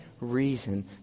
reason